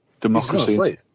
democracy